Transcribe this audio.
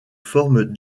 forme